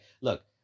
look